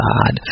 God